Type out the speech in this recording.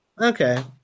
Okay